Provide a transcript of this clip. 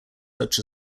such